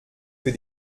que